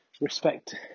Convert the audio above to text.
Respect